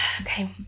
Okay